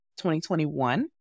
2021